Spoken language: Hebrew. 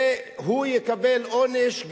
הוא יקבל עונש,